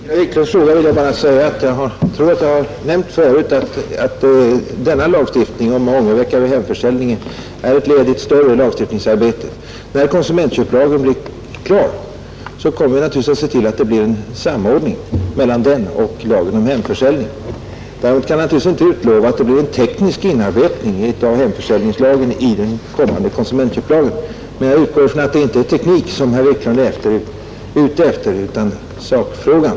Herr talman! På herr Wiklunds i Stockholm fråga vill jag svara — jag tror att jag har nämnt det förut — att denna lagstiftning om ångervecka vid hemförsäljning är ett led i ett större lagstiftningsarbete. När konsumentköplagen blir klar kommer vi naturligtvis att se till att det blir en samordning mellan den och lagen om hemförsäljning. Däremot kan jag inte utlova att det blir en teknisk inarbetning av hemförsäljningslagen i den kommande konsumentköplagen — men jag utgår från att det inte är teknik som herr Wiklund är ute efter utan sakfrågan.